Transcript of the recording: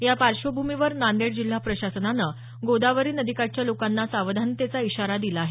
या पार्श्वभूमीवर नांदेड जिल्हा प्रशासनानं गोदावरी नदीकाठच्या लोकांना सावधानतेचा इशारा दिला आहे